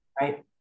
right